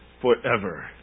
forever